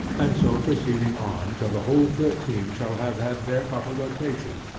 and so proceeding on till the whole thirteen shall have had their proper rotation.